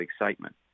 excitement